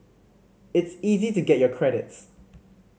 it's easy to get your credits